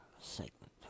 segment